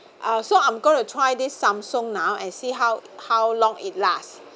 uh so I'm going to try this samsung now and see how how long it last